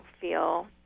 feel